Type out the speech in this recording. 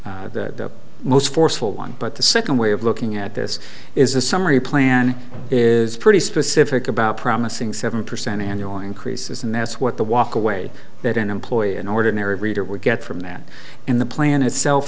really the most forceful one but the second way of looking at this is a summary plan is pretty specific about promising seven percent annual increases and that's what the walk away that an employee an ordinary reader would get from that and the plan itself